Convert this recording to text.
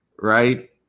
Right